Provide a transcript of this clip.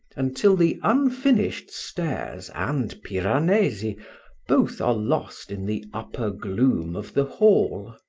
until the unfinished stairs and piranesi both are lost in the upper gloom of the hall.